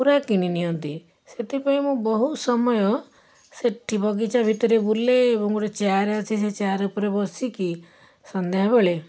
ପୂରା କିଣି ନିଅନ୍ତି ସେଥିପାଇଁ ମୁଁ ବହୁତ ସମୟ ସେଇଠି ବଗିଚା ଭିତରେ ବୁଲେ ଏବଂ ଗୋଟେ ଚେୟାର ଅଛି ସେ ଚେୟାର ଉପରେ ବସିକି ସନ୍ଧ୍ୟାବେଳେ